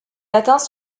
latins